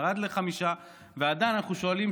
ירד ל-5% ועדיין אנחנו שואלים,